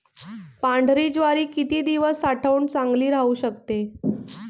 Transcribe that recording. पांढरी ज्वारी किती दिवस साठवून चांगली राहू शकते?